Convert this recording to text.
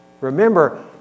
Remember